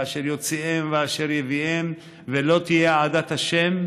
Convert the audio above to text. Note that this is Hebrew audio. ואשר יוציאם ואשר יביאם ולא תהיה עדת ה'